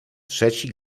trzeci